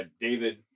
David